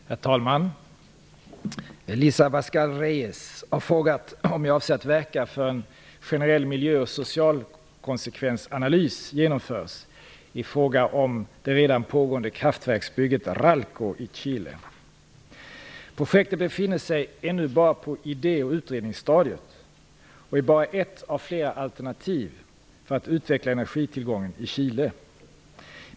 Herr talman! Elisa Abascal Reyes har frågat om jag avser att verka för att en generell miljö och socialkonsekvensanalys genomförs i fråga om det redan pågående kraftverksbygget Ralco i Chile. Projektet befinner sig ännu bara på idé och utredningsstadiet och är bara ett av flera alternativ för att utveckla energitillgången i Chile.